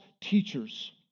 teachers